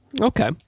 Okay